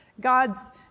God's